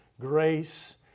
Grace